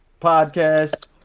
podcast